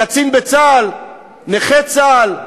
קצין בצה"ל, נכה צה"ל,